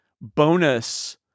bonus